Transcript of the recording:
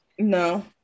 No